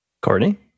courtney